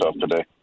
today